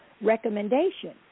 recommendation